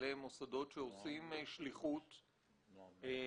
אלה הם מוסדות שעושים שליחות מדהימה,